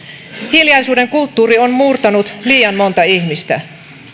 hiljaisuuden kulttuuri on murtanut liian monta ihmistä